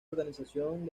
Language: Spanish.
organización